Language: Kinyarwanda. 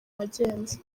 wagenze